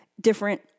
different